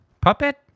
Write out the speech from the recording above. Puppet